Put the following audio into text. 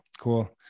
cool